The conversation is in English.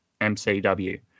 mcw